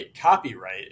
copyright